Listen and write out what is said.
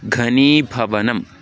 घनीभवनम्